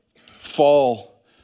fall